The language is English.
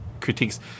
critiques